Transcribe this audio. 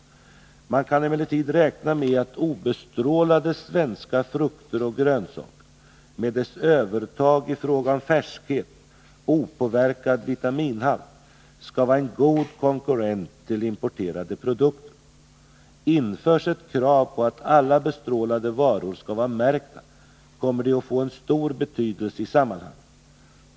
Man kan emellertid räkna med att obestrålade svenska frukter och grönsaker med deras övertag i fråga om färskhet och opåverkad vitaminhalt skall vara en god konkurrent till importerade produkter. Införs ett krav på att alla bestrålade varor skall vara märkta, kommer det att få stor betydelse i sammanhanget.